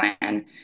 plan